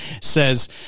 says